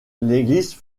l’église